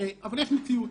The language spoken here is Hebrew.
אבל יש מציאות.